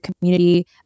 community